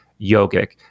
yogic